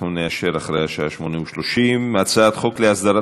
אנחנו נאשר אחרי השעה 20:30. הצעת חוק להסדרת